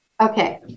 Okay